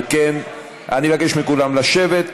על כן, אני אבקש מכולם לשבת,